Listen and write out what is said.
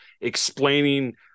explaining